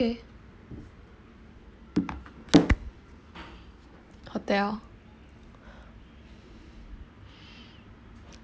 okay hotel